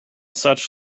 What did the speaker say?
such